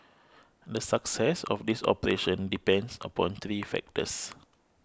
the success of this operation depends upon three factors